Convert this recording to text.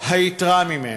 או היתרה ממנו.